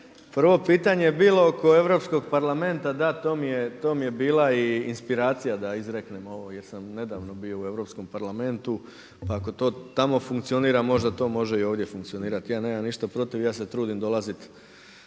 Prvo pitanje je bilo oko Europskog parlamenta. Da, to mi je bila i inspiracija da izreknem ovo jer sam nedavno bio u Europskom parlamentu. Pa ako to tamo funkcionira, možda to može i ovdje funkcionirati. Ja nemam ništa protiv. Ja se trudim dolazit